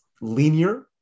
linear